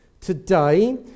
today